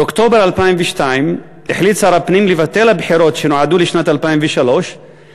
באוקטובר 2002 החליט שר הפנים לבטל את הבחירות שנועדו לשנת 2003 ולהאריך